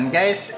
Guys